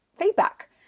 feedback